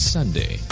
Sunday